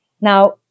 Now